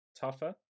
tougher